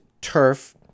Turf